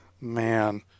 Man